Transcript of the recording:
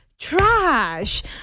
Trash